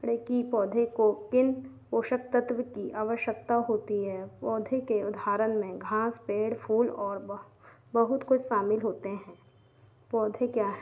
पढ़ें कि पौधे को किन पोषक तत्व की आवश्यकता होती है पौधे के उधारण में घाँस पेड़ फूल और वह बहुत कुछ शामिल होते हैं पौधे क्या हैं